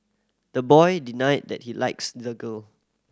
the boy denied that he likes the girl